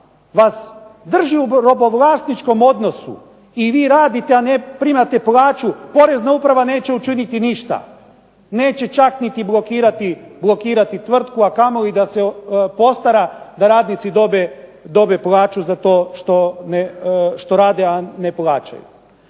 drži u robovlasničkom odnosu i vi radite i ne primate plaću, Porezna uprava neće učiniti ništa, neće čak ni blokirati tvrtku a kamoli da se postara da radnici dobiju plaću zato što rade a ne plaćaju.